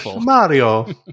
Mario